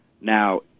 Now